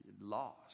lost